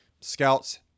scouts